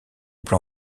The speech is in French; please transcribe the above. plan